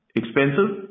expensive